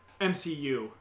MCU